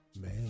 Man